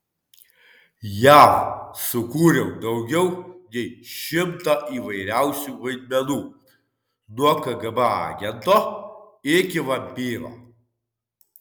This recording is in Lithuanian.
jav sukūriau daugiau nei šimtą įvairiausių vaidmenų nuo kgb agento iki vampyro